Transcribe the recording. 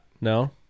No